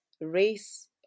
race